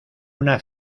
una